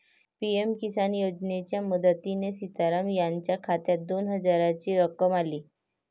PM Kisan योजनेच्या मदतीने सीताराम यांच्या खात्यात दोन हजारांची रक्कम आली